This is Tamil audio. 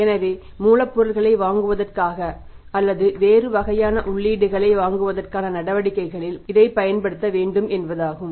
எனவே மூலப்பொருளை வாங்குவதற்காக அல்லது வேறு வகையான உள்ளீடுகளை வாங்குவதற்கான நடவடிக்கைகளில் இதைப் பயன்படுத்த வேண்டும் என்பதாகும்